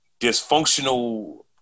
dysfunctional